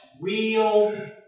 real